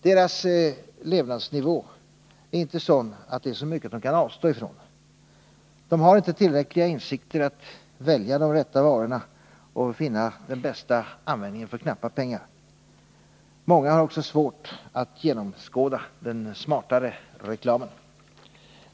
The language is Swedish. Deras levnadsnivå är inte sådan att det är så mycket de kan avstå ifrån. De har inte tillräckliga insikter att välja de rätta varorna och finna den bästa användningen för knappa pengar. Många har också svårt att genomskåda den smartare reklamen.